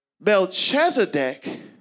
Melchizedek